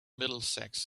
middlesex